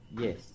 Yes